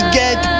get